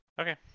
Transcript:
Okay